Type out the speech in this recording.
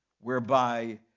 whereby